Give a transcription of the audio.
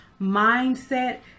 mindset